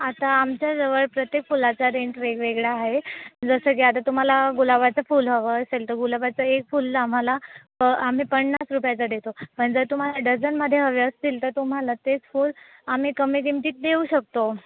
आता आमच्या जवळ प्रत्येक फुलाचा रेंट वेगवेगळा आहे जसं की आता तुम्हाला गुलाबाचं फुल हवं असेल तर गुलाबाचं एक फुल आम्हाला आम्ही पन्नास रुपयाचा देतो पण जर तुम्हाला डझनमध्ये हवे असतील तर तुम्हाला तेच फुल आम्ही कमी किमतीत देऊ शकतो